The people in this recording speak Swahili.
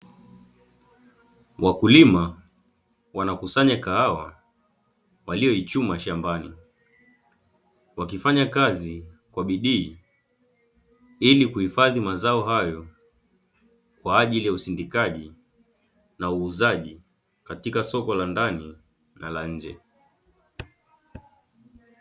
Wakulima wana kusanya kahawa waliyoichuma shambani, wakifanya kazi kwa bidii ili kuhifadhi mazao hayo kwa ajili ya usindikaji na uuzaji katika soko la ndani na la nje.